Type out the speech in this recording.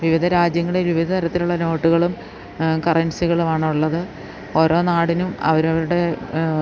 വിവിധ രാജ്യങ്ങളിൽ വിവിധ തരത്തിലുള്ള നോട്ടുകളും കറൻസികളും ആണുള്ളത് ഓരോ നാടിനും അവരവരുടെ